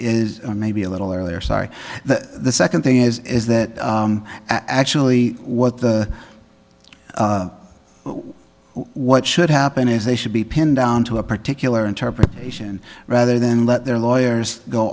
is maybe a little earlier sorry the second thing is is that actually what the what should happen is they should be pinned down to a particular interpretation rather than let their lawyers go